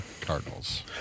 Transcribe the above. Cardinals